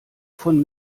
von